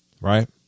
Right